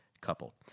couple